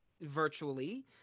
virtually